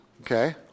Okay